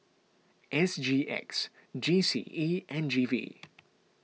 S G X G C E and G V